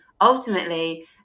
ultimately